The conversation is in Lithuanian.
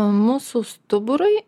mūsų stuburui